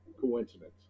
coincidence